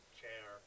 chair